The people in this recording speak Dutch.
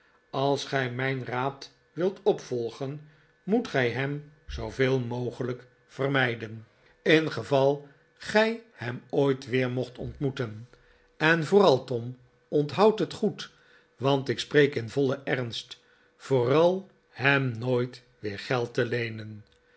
als gij mijn raad wilt opvolgen moet gij hem zooveel mogelijk vermijtom pinch is ongerust den ingeval gij hem ooit weer mocht ontmoeten en vooral tom onthoud het goed want ik spreek in vollen ernst vooral hem nooit weer geld leenen